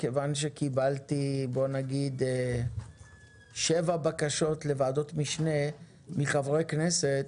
כבר קיבלתי שבע בקשות לוועדות משנה מחברי הכנסת.